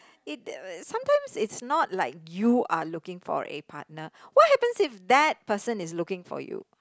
it sometimes it's not like you are looking for a partner what happens if that person is looking for you